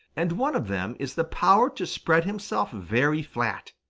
and one of them is the power to spread himself very flat.